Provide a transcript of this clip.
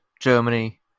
Germany